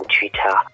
Twitter